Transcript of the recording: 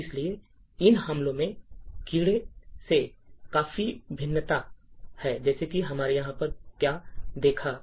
इसलिए इन हमलों में कीड़े से काफी भिन्नता है जैसे कि हमने यहां पर क्या देखा है